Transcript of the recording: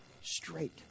straight